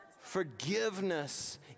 Forgiveness